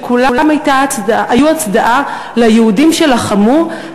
שכולם היו הצדעה ליהודים שלחמו,